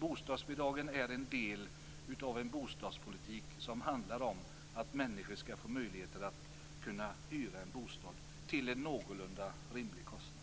Bostadsbidragen är en del av en bostadspolitik som handlar om att människor skall få möjlighet att hyra en bostad till en någorlunda rimlig kostnad.